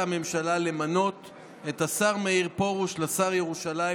הממשלה למנות את השר מאיר פרוש לשר ירושלים